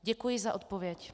Děkuji za odpověď.